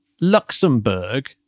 Luxembourg